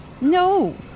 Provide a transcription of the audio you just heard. No